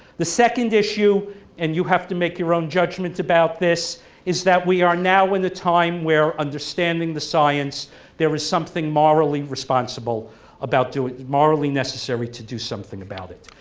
the second issue and you have to make your own judgment about this is that we are now in the time where understanding the science there is something morally responsible about doing it morally necessary to do something about it,